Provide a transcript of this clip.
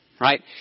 right